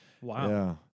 wow